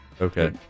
Okay